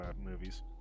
movies